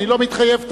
אני לא מתחייב תמיד,